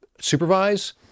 supervise